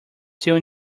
still